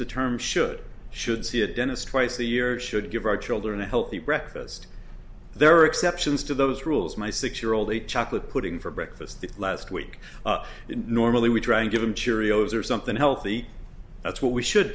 the term should should see a dentist twice a year should give our children a healthy breakfast there are exceptions to those rules my six year old ate chocolate pudding for breakfast last week normally we try and give them cheerios or something healthy that's what we should